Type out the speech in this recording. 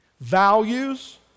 values